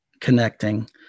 connecting